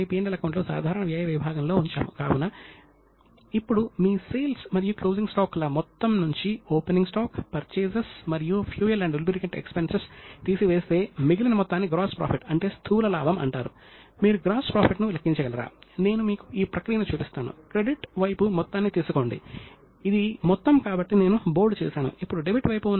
భారతదేశంలో ప్రస్తుత ప్రభుత్వంలో కంప్ట్రోలర్ జనరల్ ఆఫ్ ఆడిట్ పూర్తిగా వేరుగా ఉండాలి మరియు ఆడిటర్లకు స్వతంత్ర స్థానం ఉండాలి తద్వారా వారు నేరుగా CEO కి లేదా బోర్డుకి నివేదించవచ్చు